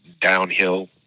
downhill